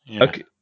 Okay